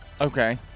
Okay